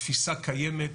התפיסה קיימת,